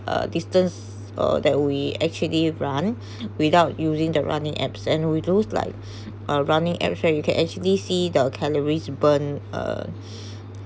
uh distance uh that we actually run without using the running apps and with those like uh running app sure you can actually see the calories burn uh